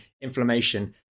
inflammation